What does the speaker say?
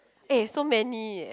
eh so many eh